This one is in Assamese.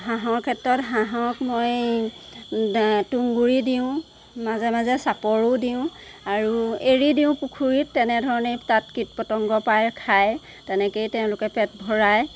হাঁহৰ ক্ষেত্ৰত হাঁহক মই তুংগুৰি দিওঁ মাজে মাজে চাপৰো দিওঁ আৰু এৰি দিওঁ পুখুৰীত তেনেধৰণেই তাত কীট পতংগ পায় খায় তেনেকেই তেওঁলোকে পেট ভৰায়